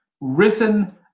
risen